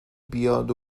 بیاد